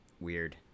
weird